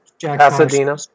Pasadena